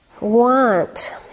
want